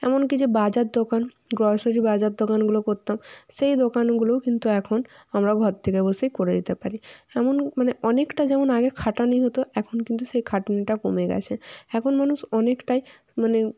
এমন কি যে বাজার দোকান গ্রসারি বাজার দোকানগুলো করতাম সেই দোকানগুলোও কিন্তু এখন আমরা ঘর থেকে বসে করে দিতে পারি এমন মানে অনেকটা যেমন আগে খাটুনি হতো এখন কিন্তু সেই খাটুনিটা কমে গেছে এখন মানুষ অনেকটাই মানে